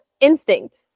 instinct